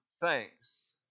thanks